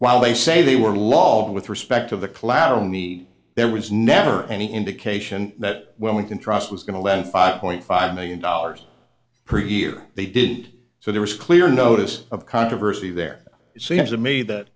while they say they were law with respect to the collateral need there was never any indication that when we can trust was going to lend five point five million dollars per year they didn't so there was clear notice of controversy there it seems to me that